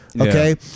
okay